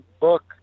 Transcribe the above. book